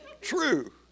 True